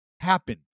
happen